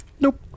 Nope